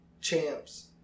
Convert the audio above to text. champs